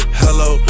hello